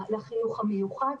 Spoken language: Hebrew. לחינוך המיוחד,